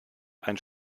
ein